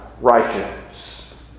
righteous